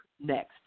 next